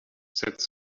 said